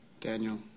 Daniel